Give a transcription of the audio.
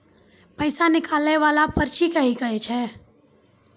पैसा निकाले वाला पर्ची के की कहै छै?